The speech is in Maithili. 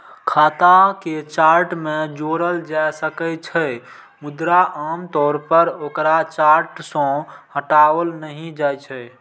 खाता कें चार्ट मे जोड़ल जा सकै छै, मुदा आम तौर पर ओकरा चार्ट सं हटाओल नहि जाइ छै